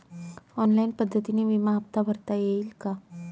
Online पद्धतीने विमा हफ्ता भरता येईल का?